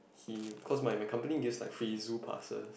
he cause my my company gives like free Zoo passes